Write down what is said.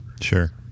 Sure